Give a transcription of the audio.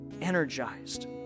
energized